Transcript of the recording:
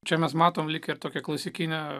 čia mes matome lyg ir tokią klasikinę